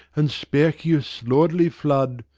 and spercheius' lordly flood.